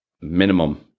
Minimum